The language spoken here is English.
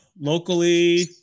locally